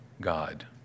God